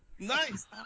Nice